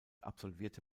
absolvierte